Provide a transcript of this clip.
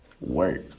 Work